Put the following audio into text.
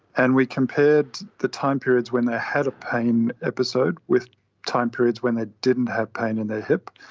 and we compared the time periods when they had a pain episode with time periods when they didn't have pain in their hip,